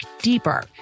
deeper